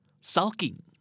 Sulking